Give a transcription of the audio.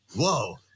whoa